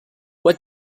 what